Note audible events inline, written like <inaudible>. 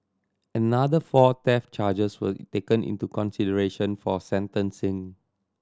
another four theft charges were <unintelligible> taken into consideration for sentencing